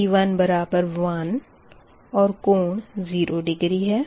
V1 बराबर 1 और कोण 0 डिग्री है